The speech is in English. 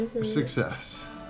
success